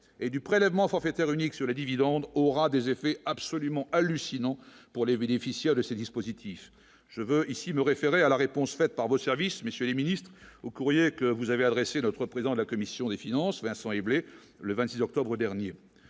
et du prélèvement forfaitaire unique sur les dividendes, aura des effets absolument hallucinant pour les bénéficiaires de ce dispositif, je veux ici me référer à la réponse faite par vos services, messieurs les Ministres au courrier que vous avez adressé notre président de la commission des finances, Vincent et blés le 26 octobre dernier